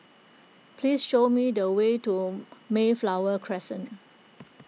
please show me the way to Mayflower Crescent